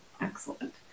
excellent